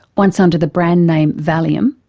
once under the brand-name valium,